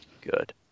Good